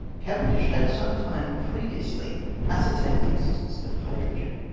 cavendish had some time previously ascertained the existence of hydrogen.